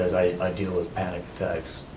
i deal with panic attacks